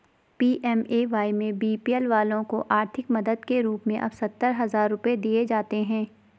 PMAY में BPL वालों को आर्थिक मदद के रूप में अब सत्तर हजार रुपये दिए जाते हैं